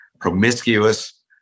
promiscuous